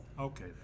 Okay